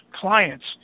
clients